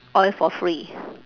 oil for free